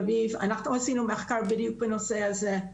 עשינו מחקר באוניברסיטת תל אביב על הנושא הזה.